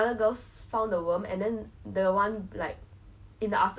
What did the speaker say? but then at night it was at the campsite so there was a place to eat